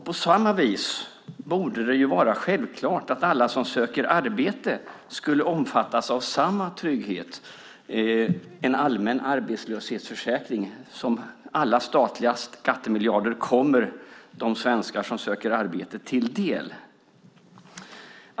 På samma vis borde det vara självklart att alla som söker arbete omfattas av samma trygghet - en allmän arbetslöshetsförsäkring - så att alla statliga skattemiljarder kommer de svenskar som söker arbete till del.